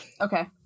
okay